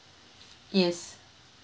yes